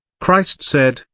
christ said,